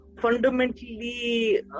Fundamentally